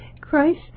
Christ